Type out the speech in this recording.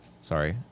Sorry